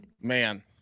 Man